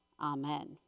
amen